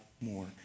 more